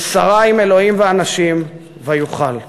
ששרה עם אלוהים ואנשים ויוכל.